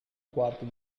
quarti